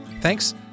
Thanks